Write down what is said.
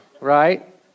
right